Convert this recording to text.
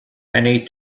many